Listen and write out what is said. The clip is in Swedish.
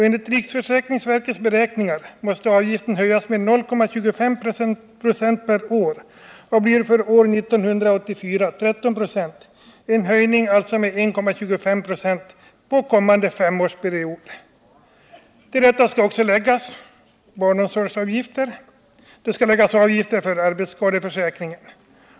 Enligt riksförsäkringsverkets beräkningar måste avgiften höjas med 0,25 96 per år och blir för år 1984 13 96, en höjning med 1,25 96 på kommande femårsperiod. Till detta skall också läggas barnomsorgsavgifter samt avgifter för arbetsskadeförsäkringar.